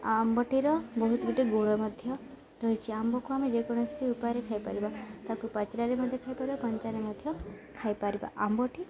ଆମ୍ବଟିର ବହୁତ ଗୁଡ଼ିଏ ଗୋଳ ମଧ୍ୟ ରହିଛି ଆମ୍ବକୁ ଆମେ ଯେକୌଣସି ଉପାୟରେ ଖାଇପାରିବା ତାକୁ ପାଚିଲାରେ ମଧ୍ୟ ଖାଇପାରିବା କଞ୍ଚାରେ ମଧ୍ୟ ଖାଇପାରିବା ଆମ୍ବଟି